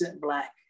Black